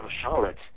Charlotte